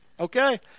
Okay